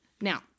Now